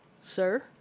Sir